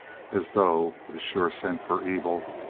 as though, with sure scent for evil,